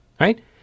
right